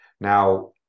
Now